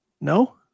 No